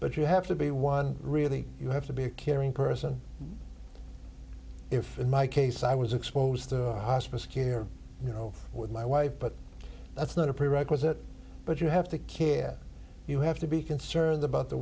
but you have to be one really you have to be a caring person if in my case i was exposed to hospice care you know with my wife but that's not a prerequisite but you have to care you have to be concerned about the